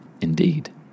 indeed